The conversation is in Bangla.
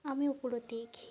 আমি ওগুলো দেখি